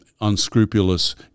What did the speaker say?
unscrupulous